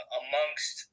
amongst